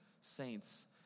saints